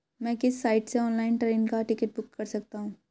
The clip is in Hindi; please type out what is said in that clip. मैं किस साइट से ऑनलाइन ट्रेन का टिकट बुक कर सकता हूँ?